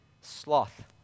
sloth